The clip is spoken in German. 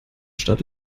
starrt